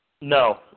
No